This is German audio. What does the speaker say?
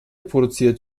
produziert